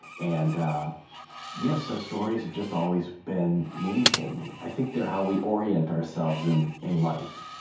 and yeah so stories have just always been meaningful to me. i think they're how we orient ourselves in in life.